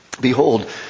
Behold